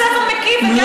זה גם בבית-ספר מקיף וגם,